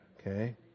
Okay